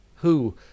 who